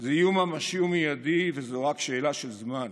זה איום ממשי ומיידי, וזו רק שאלה של זמן.